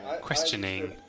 questioning